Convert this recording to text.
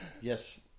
yes